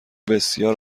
بسیار